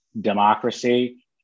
democracy